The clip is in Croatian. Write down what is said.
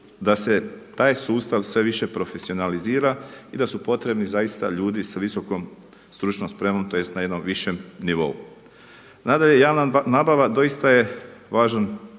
da se taj sustav sve više profesionalizira i da su potrebni zaista ljudi sa visokom stručnom spremom tj. na jednom višem nivou. Nadalje, javna nabava doista je važan